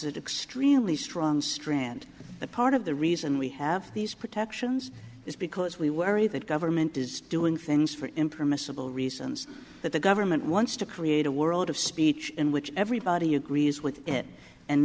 that extremely strong strand that part of the reason we have these protections is because we were that government is doing things for him permissible reasons that the government wants to create a world of speech in which everybody agrees with it and